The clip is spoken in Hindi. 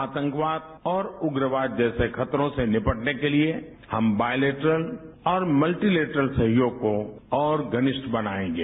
आतंकवाद और उग्रवाद जैसे खतरों से निपटने के लिए हम बायलेट्रल और मल्टीलेट्रल सहयोग को और घनिष्ठ बनाएगें